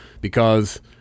because-